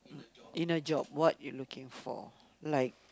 in a job what you looking for like